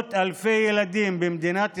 מאות אלפי ילדים במדינת ישראל,